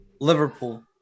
Liverpool